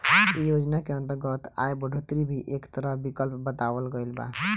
ऐ योजना के अंतर्गत आय बढ़ोतरी भी एक तरह विकल्प बतावल गईल बा